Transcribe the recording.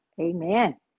Amen